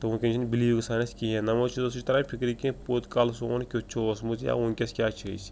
تہٕ وٕنۍکٮ۪ن چھِنہٕ بِلیٖو گژھان اَسہِ کِہیٖنۍ نمو چیٖزَو سۭتۍ چھُ تَران فِکرِ کہِ پوٚت کال سون کیُتھ چھُ اوسمُت یا وٕنۍکٮ۪س کیٛاہ چھِ أسۍ